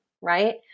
right